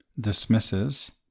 dismisses